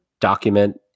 document